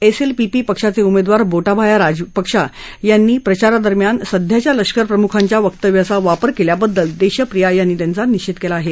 SLPP पक्षाचे उमेदवार बोटाभाया राजपक्षा यांनी प्रचारादरम्यान सध्याच्या लष्करप्रमुखांच्या वक्तव्याचा वापर केल्याबद्दल देशप्रिया यांनी त्यांचा निषेध केला आहे